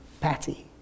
Patty